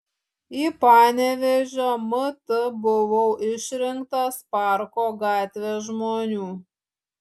į panevėžio mt buvau išrinktas parko gatvės žmonių